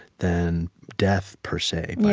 than death, per se, yeah